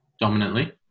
dominantly